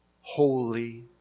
holy